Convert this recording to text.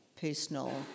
personal